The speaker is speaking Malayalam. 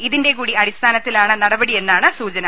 ഇതിന്റെ കൂടി അടിസ്ഥാനത്തിലാണ് നടപടിയെന്നാണ് സൂചന